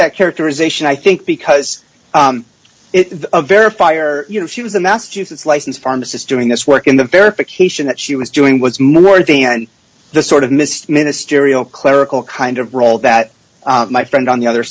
that characterization i think because it's a very fire you know she was a massachusetts license pharmacist doing this work in the verification that she was doing was more than the sort of missed ministerial clerical kind of role that my friend on the other